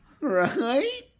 Right